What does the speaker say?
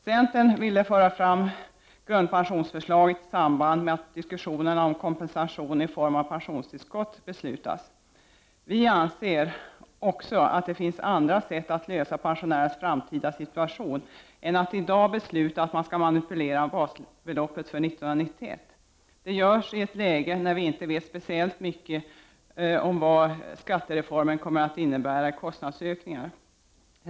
Centern ville föra fram grundpensionsförslaget i samband med att beslut fattas om kompensation i form av pensionstillskott. Centern anser att det finns andra sätt att lösa pensionärernas framtida situation än att man i dag beslutar om att man skall manipulera basbeloppet för 1991. Det görs i ett läge när vi inte vet speciellt mycket om vad skattereformen kommer att innebära i kostnadsökningar.